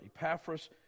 Epaphras